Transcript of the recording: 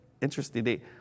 interesting